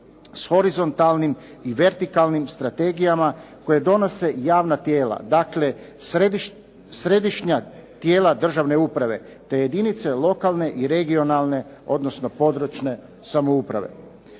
s horizontalnim i vertikalnim strategijama koje donose javna tijela. Dakle, Središnja tijela državne uprave, te jedinice lokalne i regionalne, odnosno područne samouprave.